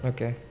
Okay